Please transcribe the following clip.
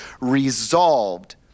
resolved